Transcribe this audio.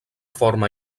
forma